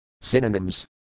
Synonyms